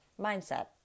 mindset